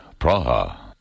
Praha